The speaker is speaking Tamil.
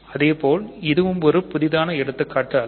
இதேபோல் இதுவும் ஒரு புதிதான எடுத்துக்காட்டு அல்ல